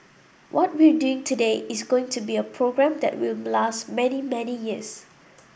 what we're doing today is going to be a program that will last many many years